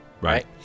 Right